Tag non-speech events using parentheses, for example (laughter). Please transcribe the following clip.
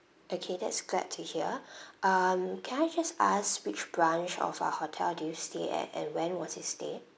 okay that's glad to hear (breath) um can I just ask which branch of our hotel do you stay at and when was your stay